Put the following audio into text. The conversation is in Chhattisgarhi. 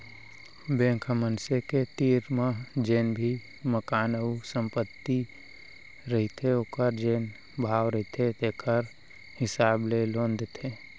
बेंक ह मनसे के तीर म जेन भी मकान अउ संपत्ति रहिथे ओखर जेन भाव रहिथे तेखर हिसाब ले लोन देथे